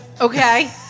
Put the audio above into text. Okay